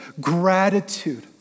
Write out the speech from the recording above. gratitude